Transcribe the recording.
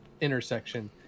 intersection